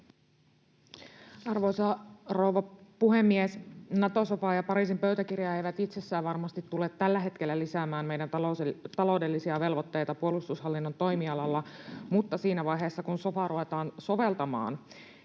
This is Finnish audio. Arvoisa rouva puhemies! Nato-sofa ja Pariisin pöytäkirja eivät itsessään varmasti tule tällä hetkellä lisäämään meidän taloudellisia velvoitteita puolustushallinnon toimialalla, mutta ei ole varmasti vielä tarkempaa arviota